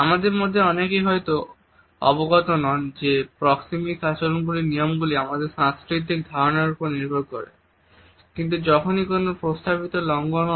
আমাদের মধ্যে অনেকেই হয়তো অবগত নন যে প্রক্সেমিক আচরণের নিয়মগুলি আমাদের সাংস্কৃতিক ধারনার উপর নির্ভর করে কিন্তু যখনই কোনও প্রস্তাবিত লঙ্ঘন হয়